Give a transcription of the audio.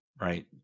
right